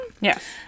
Yes